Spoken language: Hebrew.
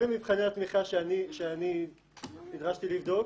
אלה מבחני התמיכה שאני נדרשתי לבדוק,